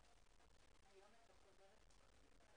12:06.)